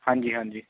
ਹਾਂਜੀ ਹਾਂਜੀ